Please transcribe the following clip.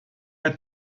hat